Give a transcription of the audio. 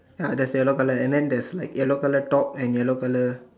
ya there's yellow colour and then there's like yellow colour top and yellow colour